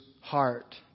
heart